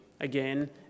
again